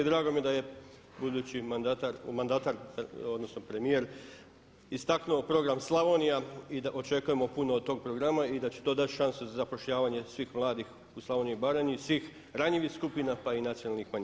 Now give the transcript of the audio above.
I drago mi je da je budući mandatar, odnosno premijer istaknuo program Slavonija i očekujemo puno od tog programa i da će to dat šansu za zapošljavanje svih mladih u Slavoniji i Baranji, svih ranjivih skupina, pa i nacionalnih manjina.